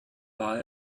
war